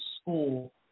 school